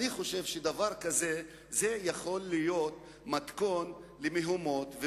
אני חושב שדבר כזה יכול להיות מתכון למהומות,